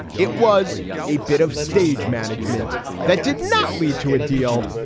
it was a bit of stage management that did not lead to a deal.